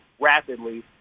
rapidly